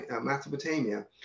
Mesopotamia